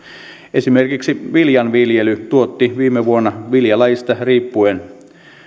esimerkiksi viljanviljely tuotti viime vuonna viljalajista riippuen